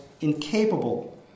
incapable